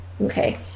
Okay